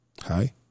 Hi